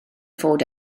fod